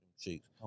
Cheeks